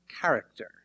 character